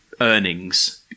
earnings